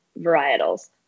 varietals